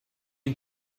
you